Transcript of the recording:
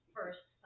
first